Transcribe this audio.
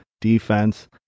defense